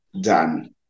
done